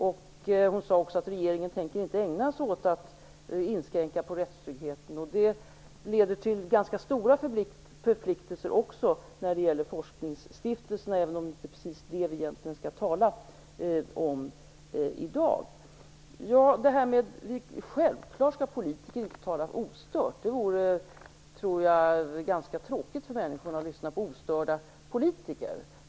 Ministern sade också att regeringen inte tänker ägna sig åt att inskränka rättstryggheten, och det leder till ganska stora förpliktelser också när det gäller forskningsstiftelserna, även om det inte är dem vi skall tala om egentligen. Självfallet skall politiker inte tala ostört. Jag tror att det vore ganska tråkigt för människorna att lyssna på ostörda politiker.